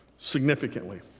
significantly